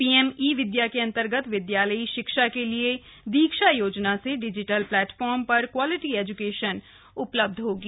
PM e Vidya के अंतर्गत विद्यालयी शिक्षा के लिए दीक्षा योजना से डिजिटल प्लेटफॉर्म पर क्वालिटी एजुकेशन उपलब्ध होगी